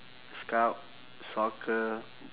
scout soccer